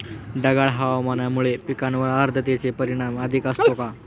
ढगाळ हवामानामुळे पिकांवर आर्द्रतेचे परिणाम अधिक असतो का?